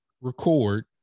record